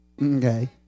Okay